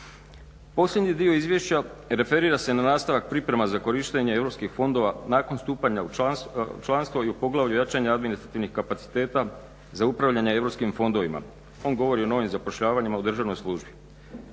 Posljednji dio Izvješća referira se na nastavak priprema za korištenje EU fondova nakon stupanja u članstvo i u poglavlju jačanja administrativnih kapaciteta za upravljanje europskim fondovima. On govori o novim zapošljavanjima u državnoj službi.